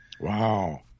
Wow